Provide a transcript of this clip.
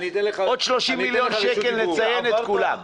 עוד 30 מיליון שקל נצייד את כולם.